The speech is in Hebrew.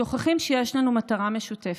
שוכחים שיש לנו מטרה משותפת,